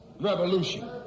revolution